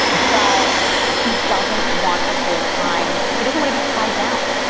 but he doesn't want a full-time he doesn't want to be tied down.